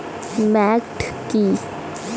Maggot কি?